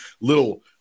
little